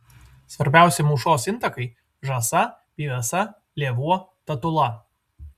svarbiausi mūšos intakai žąsa pyvesa lėvuo tatula